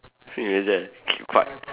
think is that keep f~